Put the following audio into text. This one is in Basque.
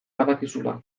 badakizula